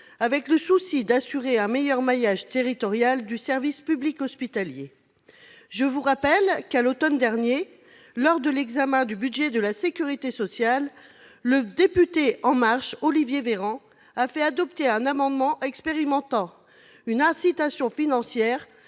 avec le souci d'assurer un meilleur maillage territorial du service public hospitalier. Je vous rappelle que, à l'automne dernier, lors de l'examen du budget de la sécurité sociale, le député En Marche Olivier Véran, a fait adopter un amendement expérimentant une incitation financière